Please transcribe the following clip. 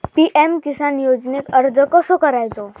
PM Kisan योजनेक अर्ज कसो करायचो?